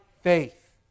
faith